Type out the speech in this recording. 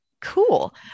cool